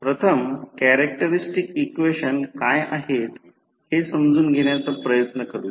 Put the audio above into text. प्रथम characteristics equation काय आहेत हे समजून घेण्याचा प्रयत्न करूया